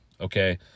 Okay